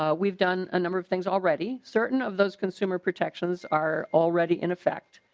um we've done a number of things already certain of those consumer protections are already in effect.